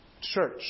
church